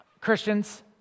Christians